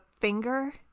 finger